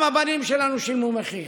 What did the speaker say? וגם הבנים שלנו שילמו מחיר.